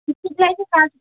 কাজ